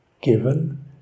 Given